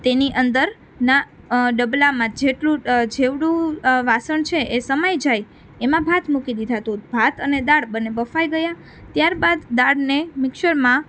તેની અંદરના ડબલામાં જેટલું જેવડું વાસણ છે એ સમાઈ જાય એમાં ભાત મૂકી દીધા તો ભાત અને દાળ બંને બફાઈ ગયાં ત્યાર બાદ દાળને મિક્સરમાં